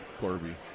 Corby